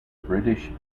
british